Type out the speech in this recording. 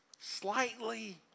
slightly